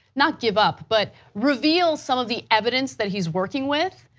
not give up but reveal some of the evidence that he is working with,